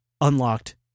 Unlocked